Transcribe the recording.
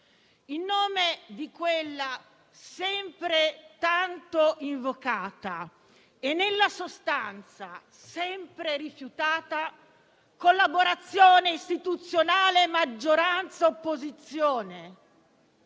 in nome di quella sempre tanto invocata - e nella sostanza sempre rifiutata - collaborazione istituzionale tra maggioranza e opposizione